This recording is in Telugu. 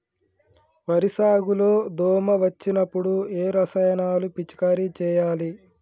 వరి సాగు లో దోమ వచ్చినప్పుడు ఏ రసాయనాలు పిచికారీ చేయాలి?